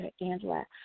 Angela